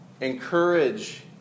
Encourage